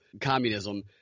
communism